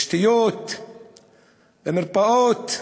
בתשתיות, במרפאות,